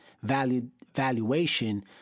valuation